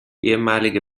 ehemalige